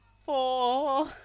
Four